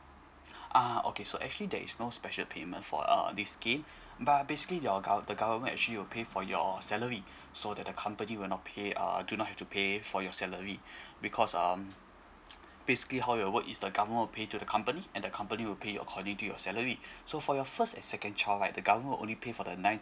ah okay so actually there is no special payment for uh this scheme but basically your gov~ the government actually will pay for your salary so that the company will not pay uh do not have to pay for your salary because um basically how will work is the government will pay to the company and the company will pay according to your salary so for your first and second child right the government only pay for the nine